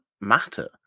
matter